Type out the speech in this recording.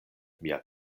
mia